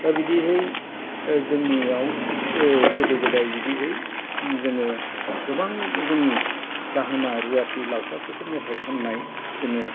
दा बिदिहै जोंनियाव गोदो गोदाय बिदिहै जोङो गोबां जोंनि दाहोना रुवाथि लावखारफोरखो मेथाइ खननाय जोङो